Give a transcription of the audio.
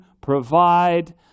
provide